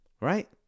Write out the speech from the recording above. Right